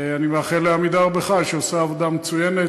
אני מאחל ל"עמידר" בכלל, שעושה עבודה מצוינת.